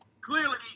clearly